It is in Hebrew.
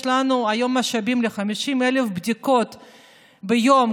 אם יש לנו היום משאבים ל-50,000 בדיקות ביום,